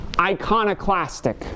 iconoclastic